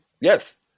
yes